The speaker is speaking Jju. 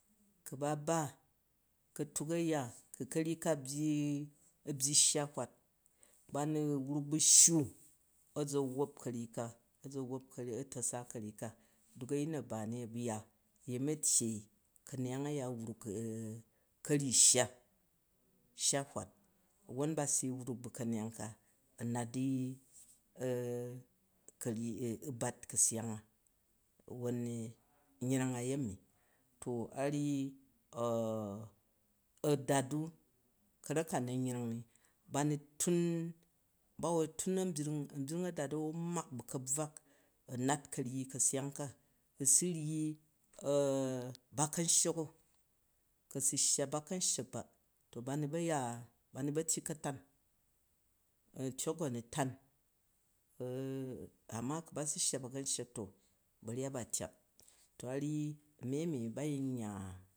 Ku̱ ba ba ka̱tuk aya, ku̱ ka̱royyi ka a̱ byyi shya hwat, ba nu wruk bu̱ sshu a̱ za wop ka̱ryyi ka, a̱ za wop a̱tasa ka̱ryyi ka, duk a̱yin nu a̱ ba ni bu ya, uyemi tyei, ka̱neya a ya a̱ wruk ka̱ryyi shya shya fiwat, wwon ba si wruk bu̱ kaneyan ka nat i u̱ bat ka̱seyang a, yreng a yemi, to a ryyi a̱dat u ka̱rak ka na nyreng niba nu tun, ba wo tun a̱nbyring u a̱nbryring a̱dat u a̱ wo mak bu̱ ka̱bwa a nat ka̱yyi ka̱seyang ka a̱ su ryyi ba kan sshek o. ka su shya ba ka̱n sshek ba, ba nu ba̱ tyyi ka̱tan a̱ntyok u a̱ nu tan ama ku ba su shya ba ka̱n sshek to ba̱ryat ba tyak to a ryyi a̱ mi a̱mi bayin ya